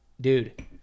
dude